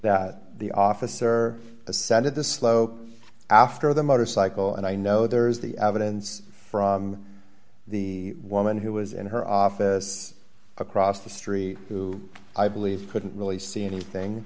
that the officer ascended the slow after the motorcycle and i know there is the evidence from the woman who was in her office across the street who i believe couldn't really see anything